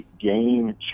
game